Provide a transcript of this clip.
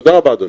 תודה רבה אדוני.